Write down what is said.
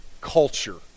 culture